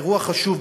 אירוע חשוב,